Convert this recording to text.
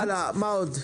מה עוד?